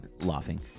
Laughing